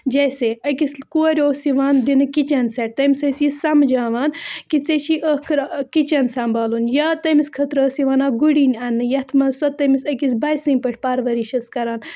جیسے أکِس کورِ اوس یِوان دِنہٕ کِچَن سٮ۪ٹ تٔمِس ٲسۍ یہِ سَمجاوان کہِ ژےٚ چھی ٲخٕر کِچَن سَنٛمبھالُن یا تٔمِس خٲطرٕ ٲس یِوان اَکھ گُڑِنۍ اَنٛنہٕ یَتھ منٛز سۄ تٔمِس أکِس بچہٕ سٕنٛدۍ پٲٹھۍ پَرورِش ٲس کَران